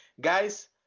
Guys